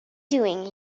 doing